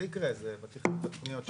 זה בתוכניות שלנו.